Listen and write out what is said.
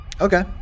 Okay